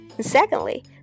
secondly